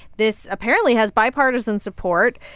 this apparently has bipartisan support.